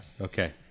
Okay